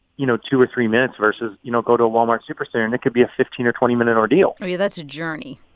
you know, two or three minutes versus you know, go to a walmart supercenter, and it could be a fifteen or twenty minute ordeal that's a journey